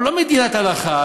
לא מדינת הלכה,